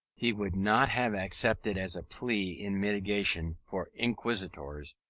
he would not have accepted as a plea in mitigation for inquisitors,